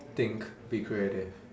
think be creative